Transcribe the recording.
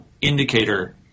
indicator